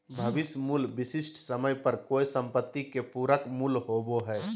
भविष्य मूल्य विशिष्ट समय पर कोय सम्पत्ति के पूरक मूल्य होबो हय